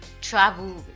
travel